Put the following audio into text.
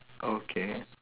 okay